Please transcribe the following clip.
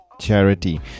charity